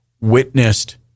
witnessed